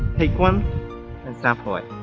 take one and sample it!